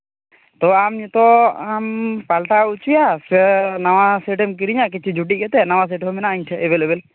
ᱛᱳ ᱟᱢ ᱱᱤᱛᱚᱜ ᱟᱢ ᱯᱟᱞᱴᱟᱣ ᱦᱚᱪᱚᱭᱟ ᱥᱮ ᱱᱟᱣᱟ ᱥᱮᱴ ᱮᱢ ᱠᱤᱨᱤᱧᱟ ᱠᱤᱪᱷᱩ ᱡᱩᱴᱤᱡ ᱠᱟᱛᱮᱫ ᱱᱟᱣᱟ ᱥᱮᱴ ᱦᱚᱸ ᱢᱮᱱᱟᱜᱼᱟ ᱤᱧ ᱴᱷᱮᱱ ᱮᱵᱮᱞᱮᱵᱮᱞ